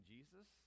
Jesus